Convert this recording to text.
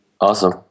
Awesome